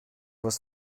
was